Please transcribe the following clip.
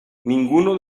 ninguno